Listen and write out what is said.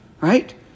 Right